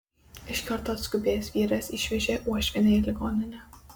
iš karto atskubėjęs vyras išvežė uošvienę į ligoninę